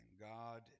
God